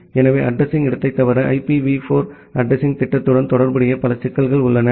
எனவே அட்ரஸிங் இடத்தைத் தவிர ஐபிவி 4 அட்ரஸிங்த் திட்டத்துடன் தொடர்புடைய பல சிக்கல்கள் உள்ளன